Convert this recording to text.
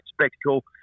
spectacle